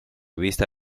vista